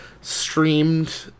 streamed